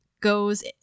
goes